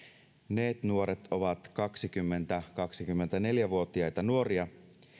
neet nuoret ovat kaksikymmentä viiva kaksikymmentäneljä vuotiaita nuoria